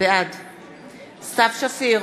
בעד סתיו שפיר,